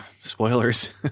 spoilers